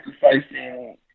sacrificing